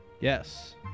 Yes